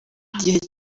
igihe